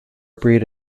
breed